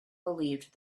believed